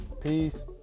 peace